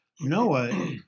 Noah